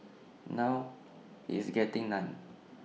now it's getting none